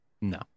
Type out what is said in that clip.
No